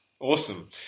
Awesome